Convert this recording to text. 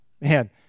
man